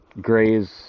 graze